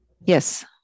Yes